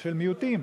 של מיעוטים,